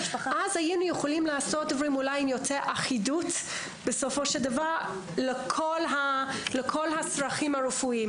היינו יכולים לעשות דברים אולי עם יותר אחידות לכל הצרכים הרפואיים.